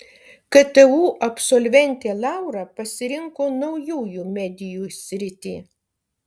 ktu absolventė laura pasirinko naujųjų medijų sritį